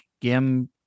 gim